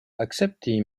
akcepti